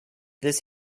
this